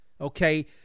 okay